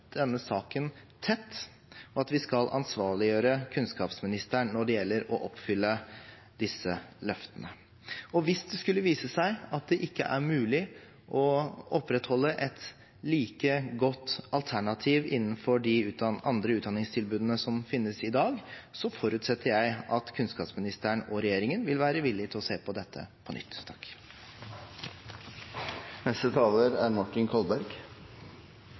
denne saken tett, og at vi skal ansvarliggjøre kunnskapsministeren når det gjelder å oppfylle disse løftene. Hvis det skulle vise seg at det ikke er mulig å opprettholde et like godt alternativ innenfor de andre utdanningstilbudene som finnes i dag, så forutsetter jeg at kunnskapsministeren og regjeringen vil være villige til å se på dette på nytt.